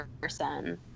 person